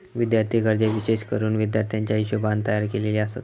विद्यार्थी कर्जे विशेष करून विद्यार्थ्याच्या हिशोबाने तयार केलेली आसत